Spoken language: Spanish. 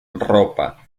ropa